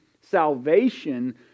salvation